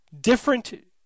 different